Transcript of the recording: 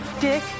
dick